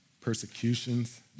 persecutions